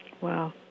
Wow